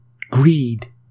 Greed